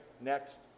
next